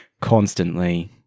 constantly